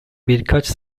birkaç